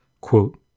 Quote